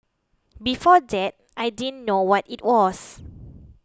before that I didn't know what it was